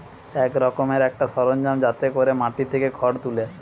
এক রকমের একটা সরঞ্জাম যাতে কোরে মাটি থিকে খড় তুলে